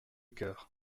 coeur